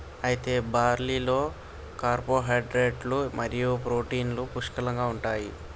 అయితే బార్లీలో కార్పోహైడ్రేట్లు మరియు ప్రోటీన్లు పుష్కలంగా ఉంటాయి